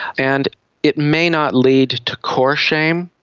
and it may not lead to core shame,